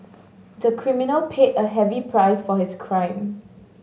the criminal paid a heavy price for his crime